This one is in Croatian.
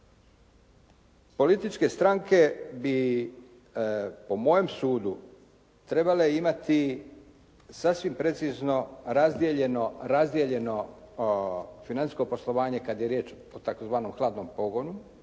političke stranke bi po mojem sudu trebale imati sasvim precizno razdijeljeno financijsko poslovanje kad je riječ o tzv. hladnom pogonu